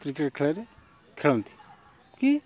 cricket ଖେଳେରେ ଖେଳନ୍ତି କି